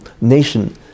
nation